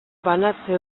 banatze